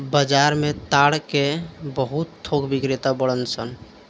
बाजार में ताड़ के बहुत थोक बिक्रेता बाड़न सन